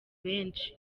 benshi